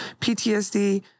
PTSD